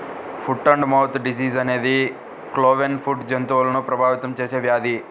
foot and mouth disease అనేది cloven foot జంతువులను ప్రభావితం చేసే వ్యాధి